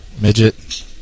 Midget